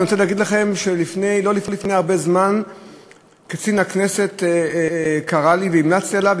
ואני רוצה להגיד לכם שלא לפני הרבה זמן קצין הכנסת קרא לי והמלצתי עליו,